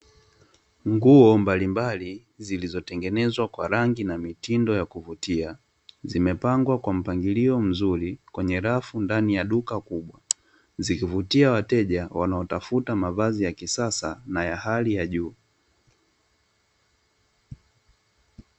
Nguo mbalimbali zilizotengenezwa kwa rangi na mitindo ya kuvutia, zimepangwa kwa mpangilio mzuri, kwenye rafu ndani ya duka kubwa. Zikivutia wateja wanaotafuta mavazi ya kisasa, na ya hali ya juu.